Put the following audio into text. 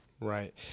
Right